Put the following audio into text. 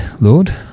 Lord